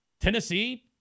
Tennessee